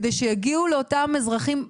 על מנת שיגיעו לאותם אזרחים,